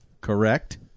Correct